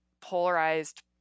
polarized